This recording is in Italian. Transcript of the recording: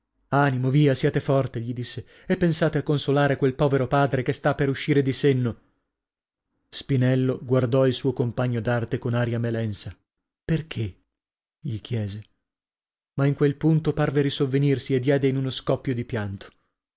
animo via siate forte gli disse e pensate a consolare quel povero padre che sta per uscire di senno spinello guardò il suo compagno d'arte con aria melensa perchè gli chiese ma in quel punto parve risovvenirsi e diede in uno scoppio di pianto